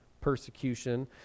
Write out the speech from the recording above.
persecution